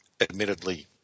admittedly